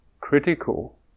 critical